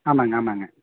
ஆமாங்க ஆமாங்க